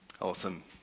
Awesome